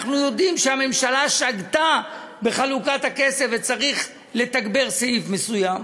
אנחנו יודעים שהממשלה שגתה בחלוקת הכסף וצריך לתגבר סעיף מסוים,